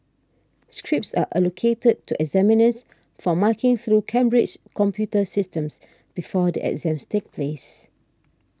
scripts are allocated to examiners for marking through Cambridge's computer systems before the exams take place